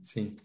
Sim